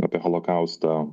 apie holokaustą